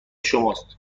شماست